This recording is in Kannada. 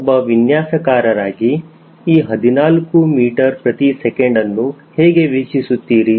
ಒಬ್ಬ ವಿನ್ಯಾಸಕಾರರಾಗಿ ಈ 14 ms ಅನ್ನು ಹೇಗೆ ವೀಕ್ಷಿಸುತ್ತಿರಿ